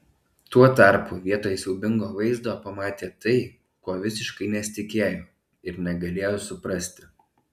tuo tarpu vietoj siaubingo vaizdo pamatė tai ko visiškai nesitikėjo ir negalėjo suprasti